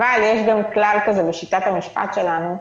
אבל יש גם כלל כזה בשיטת המשפט שלנו,